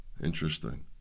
Interesting